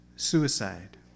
Suicide